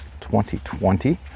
2020